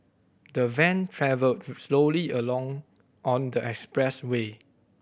the van travelled slowly alone on the expressway